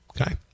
Okay